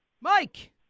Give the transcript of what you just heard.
Mike